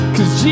Cause